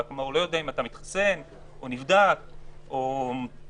הוא לא יודע אם אתה מתחסן או נבדק או מחלים.